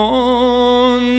on